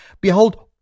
Behold